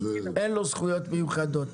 אין לו זכויות מיוחדות.